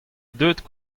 deuet